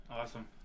Awesome